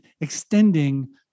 extending